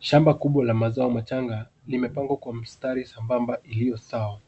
Shamba kubwa ya mazao machanga limepangwa kwa mistari sambamba iliyo sawa.